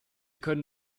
können